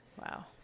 Wow